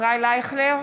ישראל אייכלר,